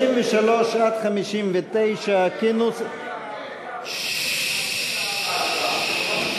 53 59, כנוסח, 54 הצבעה.